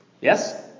Yes